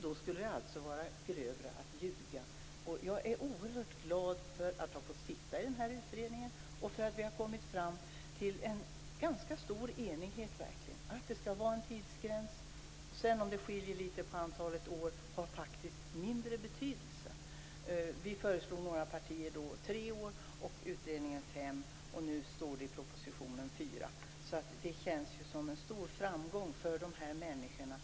Det skulle alltså vara grövre att ljuga. Jag är oerhört glad att ha fått sitta i den här utredningen och för att vi har kommit fram till en ganska stor enighet, att det skall vara en tidsgräns. Om det sedan skiljer litet på antalet år har faktiskt mindre betydelse. Vi föreslår i några partier tre år, utredningen föreslog fem och i propositionen står det fyra. Det känns som en stor framgång för de här människorna.